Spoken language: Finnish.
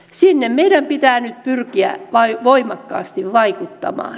sinne meidän pitää nyt pyrkiä voimakkaasti vaikuttamaan